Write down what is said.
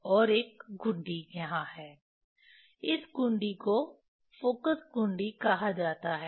और एक घुंडी यहाँ है इस घुंडी को फोकस घुंडी कहा जाता है